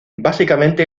básicamente